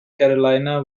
carolina